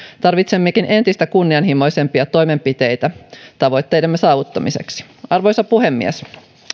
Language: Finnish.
tarvitsemmekin entistä kunnianhimoisempia toimenpiteitä tavoitteidemme saavuttamiseksi arvoisa puhemies